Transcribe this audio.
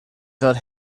felt